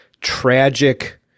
tragic